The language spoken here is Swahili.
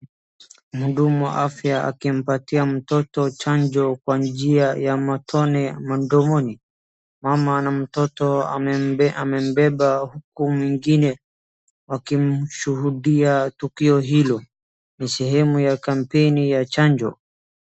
Mhudumu wa afya akimpatia mtoto chanjo kwa njia ya matone mdomoni. Mama na mtoto amembeba uku mwingine akimshuhudia tukio hilo. Ni sehemu ya kampeni ya chanjo.